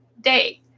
day